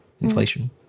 inflation